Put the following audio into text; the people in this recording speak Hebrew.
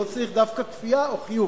לא צריך דווקא כפייה או חיוב.